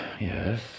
Yes